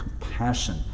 compassion